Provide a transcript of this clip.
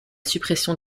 suppression